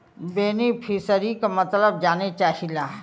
बेनिफिसरीक मतलब जाने चाहीला?